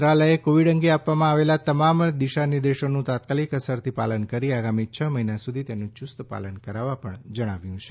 મંત્રાલયે કોવિડ અંગે આપવામાં આવેલા તમામ દિશા નિર્દેશોનું તાત્કાલિક અસરથી પાલન કરી આગામી છ મહિના સુધી તેનું યૂસ્ત પાલન કરાવવા જણાવ્યું છે